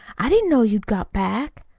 i didn't know you'd got back.